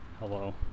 Hello